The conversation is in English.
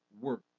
work